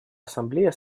ассамблея